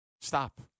Stop